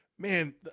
Man